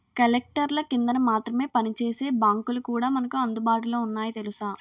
కలెక్టర్ల కిందన మాత్రమే పనిచేసే బాంకులు కూడా మనకు అందుబాటులో ఉన్నాయి తెలుసా